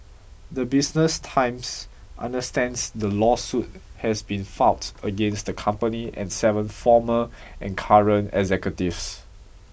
the Business Times understands the lawsuit has been filed against the company and seven former and current executives